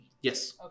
Yes